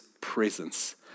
presence